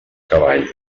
cavall